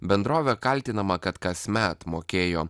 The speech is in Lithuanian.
bendrovė kaltinama kad kasmet mokėjo